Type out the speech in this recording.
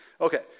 Okay